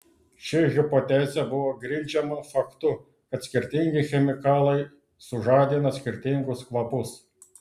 ši hipotezė buvo grindžiama faktu kad skirtingi chemikalai sužadina skirtingus kvapus